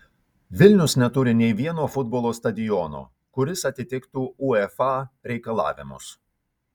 vilnius neturi nei vieno futbolo stadiono kuris atitiktų uefa reikalavimus